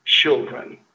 children